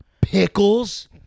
pickles